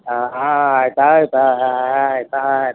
ಹಾಂ ಆಯ್ತು ಆಯ್ತು ಹಾಂ ಹಾಂ ಆಯ್ತು ಆಯ್ತು